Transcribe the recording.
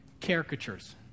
caricatures